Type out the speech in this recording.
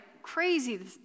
Crazy